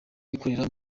ikorera